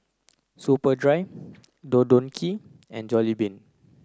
Superdry Don Donki and Jollibean